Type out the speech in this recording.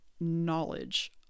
knowledge